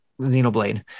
Xenoblade